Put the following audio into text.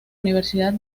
universidad